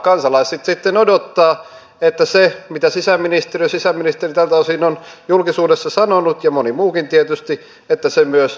kansalaiset sitten odottavat että se mitä sisäministeri ja moni muukin tietysti tältä osin on julkisuudessa sanonut myös toteutuu